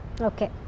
Okay